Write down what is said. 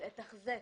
לתחזק.